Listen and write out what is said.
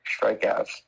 strikeouts